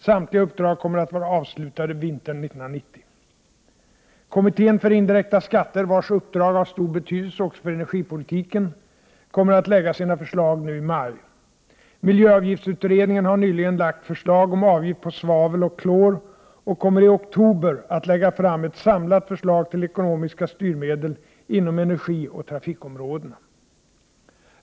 Samtliga uppdrag kommer att vara avslutade vintern 1990. Kommittén för indirekta skatter, vars uppdrag har stor betydelse också för energipolitiken, kommer att lägga fram sina förslag nu i maj. Miljöavgiftsutredningen har nyligen lagt fram förslag om avgift på svavel och klor och kommer i oktober att lägga fram ett samlat förslag till ekonomiska styrmedel inom energioch trafikområdena.